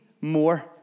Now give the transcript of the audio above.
more